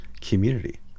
community